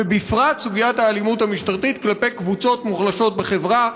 ובפרט על סוגיית האלימות המשטרתית כלפי קבוצות מוחלשות בחברה,